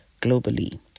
globally